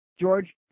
George